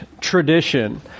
tradition